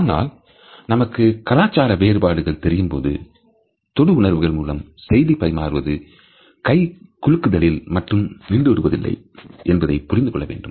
ஆனால் நமக்கு கலாச்சார வேறுபாடுகள் தெரியும்போது தொடு உணர்வுகள் மூலம் செய்தி பரிமாறுவது கை குலுக்குதலில் மட்டும் நின்றுவிடுவதில்லை என்பதை புரிந்து கொள்ள வேண்டும்